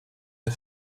the